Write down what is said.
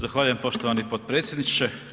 Zahvaljujem poštovani potpredsjedniče.